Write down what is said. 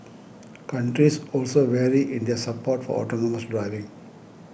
countries also vary in their support for autonomous driving